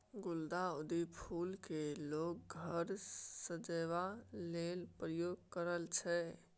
गुलदाउदी फुल केँ लोक घर सजेबा लेल प्रयोग करय छै